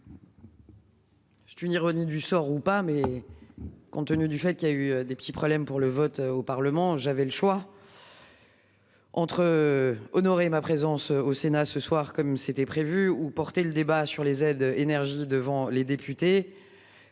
C'est une ironie du sort ou pas mais. Compte tenu du fait qu'il y a eu des petits problèmes pour le vote au Parlement, j'avais le choix. Entre honorer ma présence au Sénat ce soir comme c'était prévu ou porter le débat sur les aides énergie devant les députés.